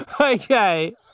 Okay